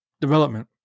development